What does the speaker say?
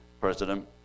president